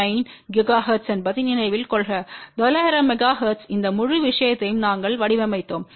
9 gigahertz என்பதை நினைவில் கொள்க 900 மெகா ஹெர்ட்ஸுக்கு இந்த முழு விஷயத்தையும் நாங்கள் வடிவமைத்தோம்